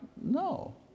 No